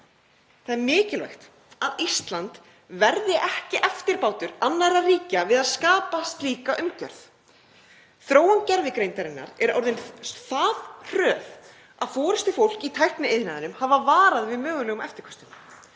Það er mikilvægt að Ísland verði ekki eftirbátur annarra ríkja við að skapa slíka umgjörð. Þróun gervigreindarinnar er orðin það hröð að forystufólk í tækniiðnaðinum hefur varað við mögulegum eftirköstum.